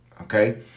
okay